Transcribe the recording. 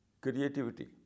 creativity